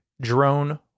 Drone